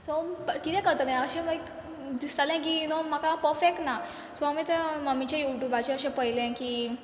so प कितें करतलें अशें लायक दिसतालें की यू नो म्हाका पर्फेक्ट ना सो हांव माय तें मामीचें युटुबाचेर अशें पयलें की